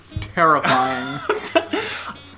terrifying